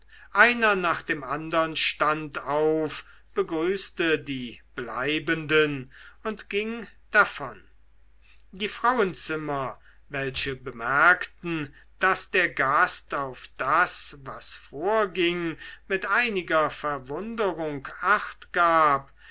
einer nach dem andern stand auf begrüßte die bleibenden und ging davon die frauenzimmer welche bemerkten daß der gast auf das was vorging mit einiger verwunderung achtgab